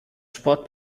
sport